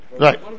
Right